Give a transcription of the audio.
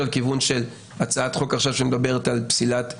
כיוון של הצעת חוק עכשיו שמדברת על פסילת הראיות,